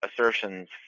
assertions